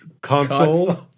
console